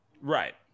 right